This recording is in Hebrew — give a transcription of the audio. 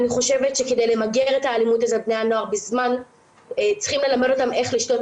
אני חושבת שכדי למגר את האלימות אצל בני הנוער צריכים ללמד אותם איך לשתות